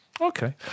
Okay